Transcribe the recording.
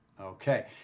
Okay